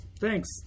thanks